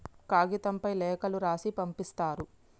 కాగితంపై లేఖలు రాసి పంపిస్తారు